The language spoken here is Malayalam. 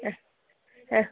ആ ആ